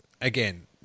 again